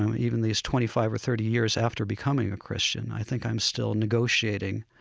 and even these twenty five or thirty years after becoming a christian, i think i'm still negotiating